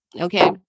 Okay